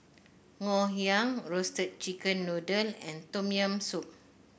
Ngoh Hiang Roasted Chicken Noodle and Tom Yam Soup